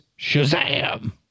Shazam